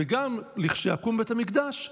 וגם לכשיקום בית המקדש,